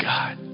God